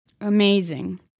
Amazing